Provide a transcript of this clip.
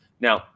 now